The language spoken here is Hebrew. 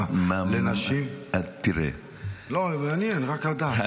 מעניין, רק לדעת.